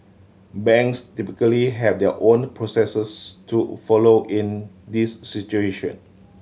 banks typically have their own processes to follow in these situation